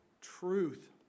truth